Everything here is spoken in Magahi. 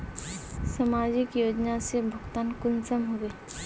समाजिक योजना से भुगतान कुंसम होबे?